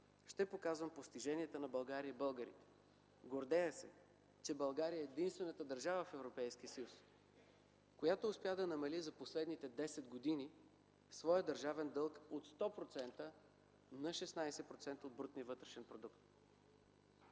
ще показвам постиженията на България и на българите. Гордея се, че България е единствената държава в Европейския съюз, която успя да намали за последните 10 години своя държавен дълг от 100% на 16% от брутния вътрешен продукт.